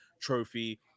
trophy